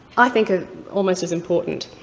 i think are almost as important.